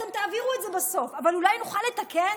אתם תעבירו את זה בסוף, אבל אולי נוכל לתקן?